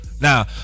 Now